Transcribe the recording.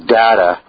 data